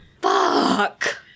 fuck